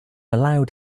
allowed